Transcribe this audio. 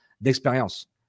d'expérience